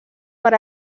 per